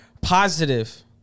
positive